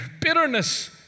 bitterness